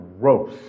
gross